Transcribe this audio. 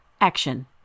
action